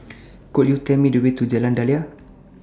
Could YOU Tell Me The Way to Jalan Daliah